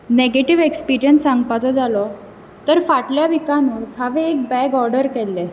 negative experience सांगपाचो जालो तर फाटल्या विकानूच हांवें एक बॅग ऑर्डर केल्लें